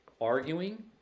arguing